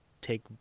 take